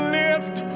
lift